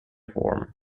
form